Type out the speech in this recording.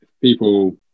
people